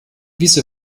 wiese